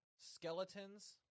skeletons